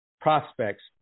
prospects